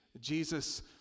Jesus